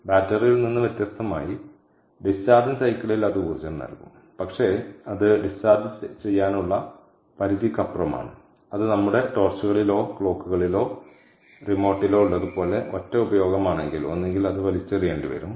ബാറ്ററിയിൽ നിന്ന് വ്യത്യസ്തമായി ഡിസ്ചാർജിംഗ് സൈക്കിളിൽ അത് ഊർജം നൽകും പക്ഷേ അത് ഡിസ്ചാർജ് ചെയ്യാനുള്ള പരിധിക്കപ്പുറമാണ് അത് നമ്മുടെ ടോർച്ചുകളിലോ ക്ലോക്കുകളിലോ റിമോട്ടിലോ ഉള്ളതുപോലെ ഒറ്റ ഉപയോഗമാണെങ്കിൽ ഒന്നുകിൽ അത് വലിച്ചെറിയേണ്ടിവരും